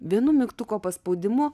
vienu mygtuko paspaudimu